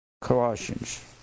Colossians